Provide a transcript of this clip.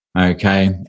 okay